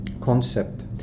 concept